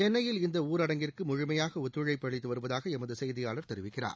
சென்னையில் இந்த ஊரடங்கிற்கு முழுமையாக ஒத்துழைப்பு அளித்து வருவதாக எமது செய்தியாளர் தெரிவிக்கிறார்